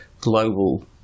global